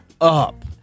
up